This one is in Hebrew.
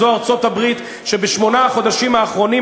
זו ארצות-הברית שבשמונת החודשים האחרונים,